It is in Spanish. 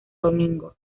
domingo